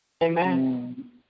Amen